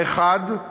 האחד,